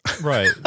Right